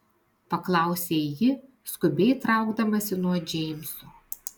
paklausė ji skubiai traukdamasi nuo džeimso